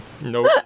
Nope